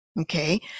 Okay